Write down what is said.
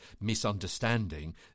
misunderstanding